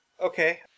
Okay